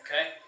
okay